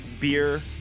beer